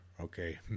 Okay